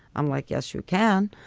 i'm like, yes, you can.